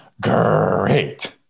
great